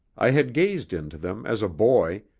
i had gazed into them as a boy,